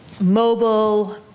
mobile